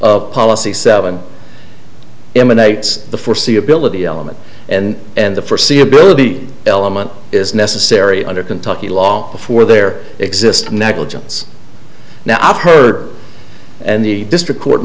of policy seven emanates the foreseeability element and the first c ability element is necessary under kentucky law before there exist negligence now i've heard and the district court